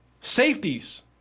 safeties